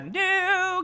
new